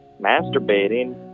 masturbating